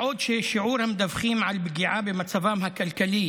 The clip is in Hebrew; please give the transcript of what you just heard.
בעוד שיעור המדווחים על פגיעה במצבם הכלכלי